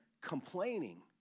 complaining